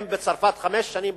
אם בצרפת זה חמש שנים,